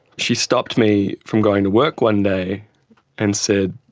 she stopped me from going to work one day and said,